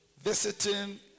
Visiting